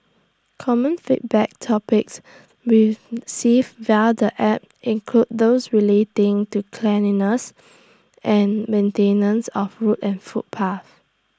common feedback topics received via the app include those relating to cleanliness and maintenance of roads and footpaths